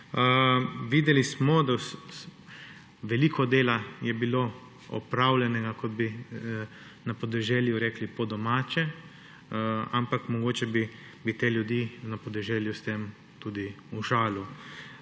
Veliko dela je bilo opravljenega, kot bi na podeželju rekli, po domače, ampak mogoče bi te ljudi na podeželju s tem tudi užalil.